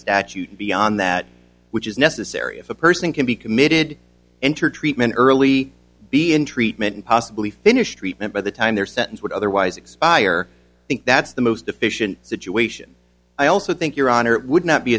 statute beyond that which is necessary if a person can be committed enter treatment early be in treatment and possibly finish treatment by the time their sentence would otherwise expire i think that's the most efficient situation i also think your honor it would not be